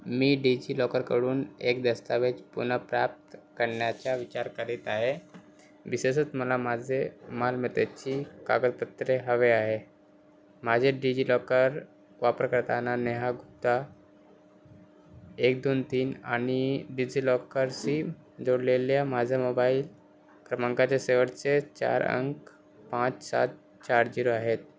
मी डिजिलॉकरकडून एक दस्तऐवज पुनप्राप्त करण्याचा विचार करीत आहे विशेषत मला माझे मालमत्तेची कागदपत्रे हवे आहे माझे डिजिलॉकर वापरकर्ताना नेहा गुप्ता एक दोन तीन आणि डिजिलॉकरशी जोडलेल्या माझ्या मोबाईल क्रमांकाच्या शेवटचे चार अंक पाच सात चार झिरो आहेत